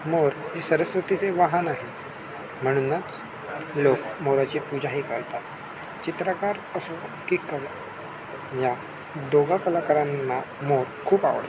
मोर हे सरस्वतीचे वाहन आहे म्हणूनच लोक मोराची पूजाही करतात चित्रकारापासून टीकल या दोघा कलाकारांना मोर खूप आवडतात